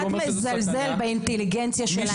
אבל הוא אומר שזה סכנה --- אתה קצת מזלזל באינטליגנציה של אנשים,